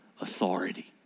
Authority